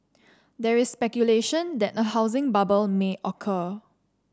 there is speculation that a housing bubble may occur